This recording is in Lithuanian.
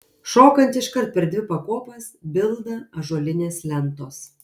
šokant iškart per dvi pakopas bilda ąžuolinės lentos